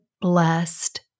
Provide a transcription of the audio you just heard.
blessed